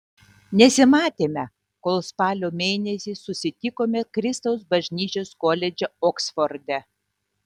nesimatėme kol spalio mėnesį susitikome kristaus bažnyčios koledže oksforde